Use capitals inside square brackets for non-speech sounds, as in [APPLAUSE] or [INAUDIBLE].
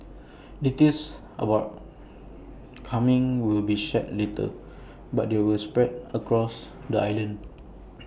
details about coming will be shared later but they will spread across the island [NOISE]